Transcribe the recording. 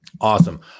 awesome